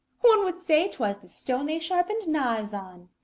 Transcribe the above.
one would say twas the stone they sharpen knives on!